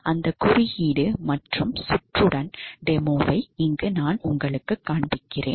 அந்த குறியீடு மற்றும் சுற்றுடன் டெமோவைக் காண்பிப்பேன்